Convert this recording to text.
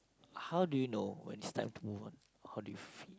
how do you know when it's time to move on like how do you feel